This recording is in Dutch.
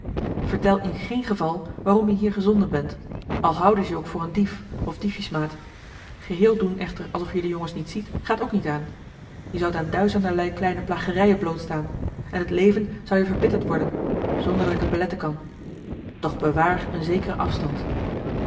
vertel in geen geval waarom je hier gezonden bent al houden ze je ook voor een dief of diefjesmaat geheel doen echter alsof je de jongens niet ziet gaat ook niet aan je zoudt aan duizenderlei kleine plagerijen blootstaan en het leven zou je verbitterd worden zonder dat ik het beletten kan doch bewaar een zekeren afstand